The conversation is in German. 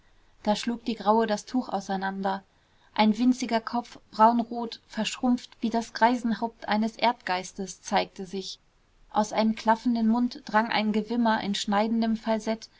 da schlug die graue das tuch auseinander ein winziger kopf braunrot verschrumpft wie das greisenhaupt eines erdgeistes zeigte sich aus einem klaffenden mund drang ein gewimmer in schneidendem falsett